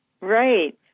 Right